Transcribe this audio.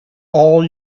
all